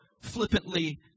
flippantly